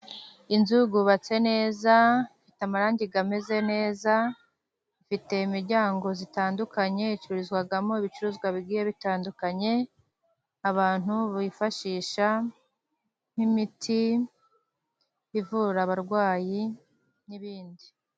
Inzu yubatse neza, ifite amarangi ameze neza ifite imiryango itandukanye, icururizwamo ibicuruzwa bigiye bitandukanye abantu bifashisha, nk'imiti ivura abarwayi n'ibindi.